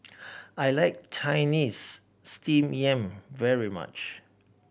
I like Chinese Steamed Yam very much